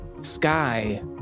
Sky